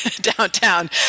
downtown